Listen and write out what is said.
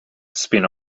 spin